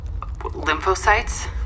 Lymphocytes